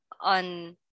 on